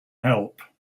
help